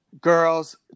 girls